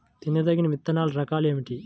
తినదగిన విత్తనాల రకాలు ఏమిటి?